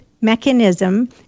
mechanism